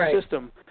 system